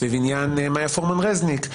סביב מאיה פורמן רזניק,